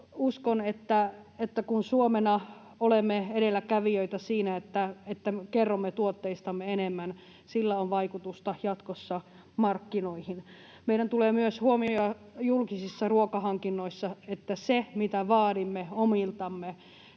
uskon, että kun Suomena olemme edelläkävijöitä siinä, että kerromme tuotteistamme enemmän, sillä on vaikutusta jatkossa markkinoihin. Meidän tulee huomioida julkisissa ruokahankinnoissa myös se, että sen, mitä vaadimme omiltamme,